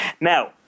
Now